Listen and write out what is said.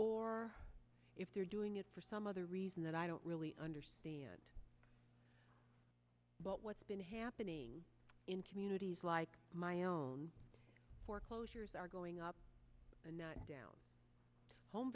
or if they're doing it for some other reason that i don't really understand but what's been happening in communities like my own foreclosures are going up and down home